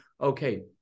okay